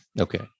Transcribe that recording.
Okay